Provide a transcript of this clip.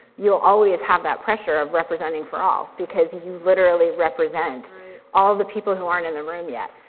you'll always have that pressure of representing for all because you literally represent all the people who aren't in the room yet,